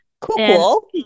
Cool